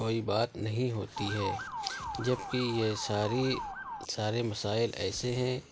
کوئی بات نہیں ہوتی ہے جبکہ یہ ساری سارے مسائل ایسے ہیں